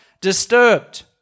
disturbed